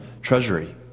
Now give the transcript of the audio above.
treasury